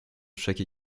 chaque